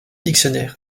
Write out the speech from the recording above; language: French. dictionnaire